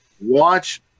watch